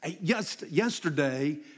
yesterday